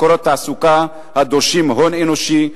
ומשיכת מקורות תעסוקה הדורשים הון אנושי,